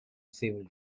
civil